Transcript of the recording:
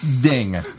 ding